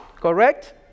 Correct